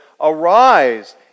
Arise